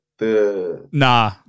Nah